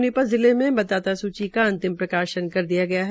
सोनीपत जिले मे मतदाता सूची का अंतिम प्रकाशन कर दिया गया है